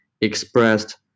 expressed